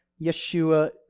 Yeshua